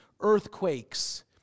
earthquakes